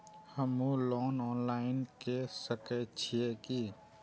हमू loan online के सके छीये की?